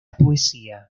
poesía